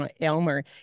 Elmer